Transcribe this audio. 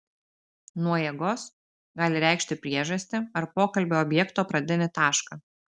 nuo jėgos gali reikšti priežastį ar pokalbio objekto pradinį tašką